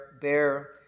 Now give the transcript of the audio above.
Bear